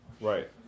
Right